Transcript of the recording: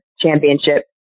Championship